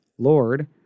Lord